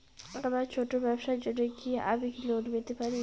আমার ছোট্ট ব্যাবসার জন্য কি আমি লোন পেতে পারি?